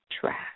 trash